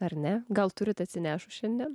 ar ne gal turite atsinešus šiandien